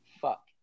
fuck